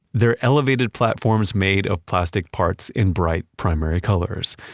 they're elevated platforms made of plastic parts in bright primary colors.